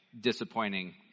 disappointing